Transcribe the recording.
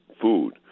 food